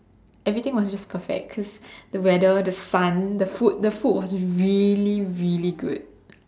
everything was just perfect the weather the sun the food the food was really really good